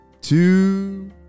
two